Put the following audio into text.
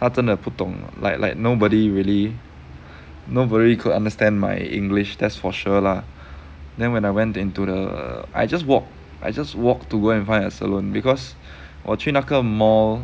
他真的不懂 like like nobody really nobody could understand my english that's for sure lah then when I went into the I just walk I just walk to go and find a salon because 我去那个 mall